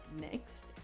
next